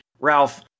Ralph